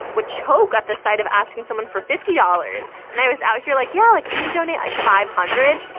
would choke at the sight of asking someone for fifty dollars, and i was out here like, yeah, like, can you donate, like, five hundred?